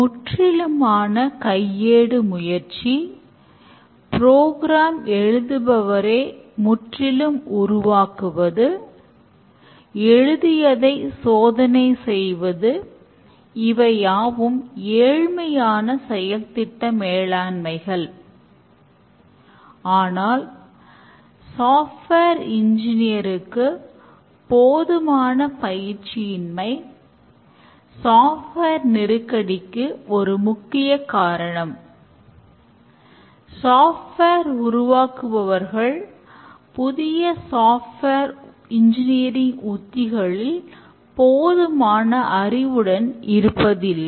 முற்றிலுமான கையேடு முயற்சி ப்ரோக்ராம் உத்திகளில் போதுமான அறிவுடன் இருப்பதில்லை